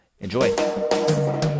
Enjoy